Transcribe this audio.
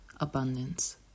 Abundance